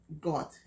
God